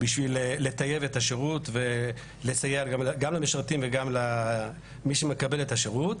בשביל לטייב את השירות ולסייע גם למשרתים וגם למי שמקבל את השירות.